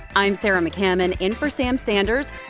i'm sarah mccammon in for sam sanders.